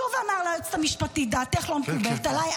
שוב אמר ליועצת המשפטית: דעתך לא מקובלת עליי,